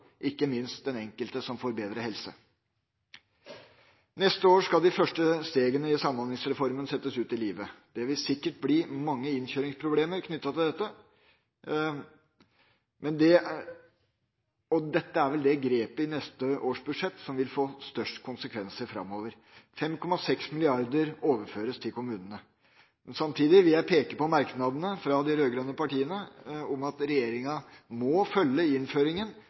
ikke minst den enkelte, som får bedre helse. Neste år skal de første stegene i Samhandlingsreformen settes ut i livet. Det vil sikkert bli mange innkjøringsproblemer knyttet til dette, og dette er vel det grepet i neste års budsjett som vil få størst konsekvenser framover. 5,6 mrd. kr overføres til kommunene. Samtidig vil jeg peke på merknadene fra de rød-grønne partiene om at regjeringa må følge innføringen